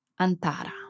Antara